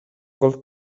col